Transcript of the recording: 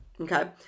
Okay